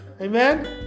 amen